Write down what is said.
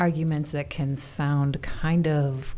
arguments that can sound kind of